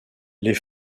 les